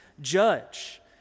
judge